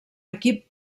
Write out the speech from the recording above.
equip